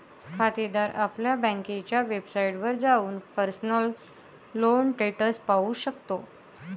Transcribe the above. खातेदार आपल्या बँकेच्या वेबसाइटवर जाऊन पर्सनल लोन स्टेटस पाहू शकतो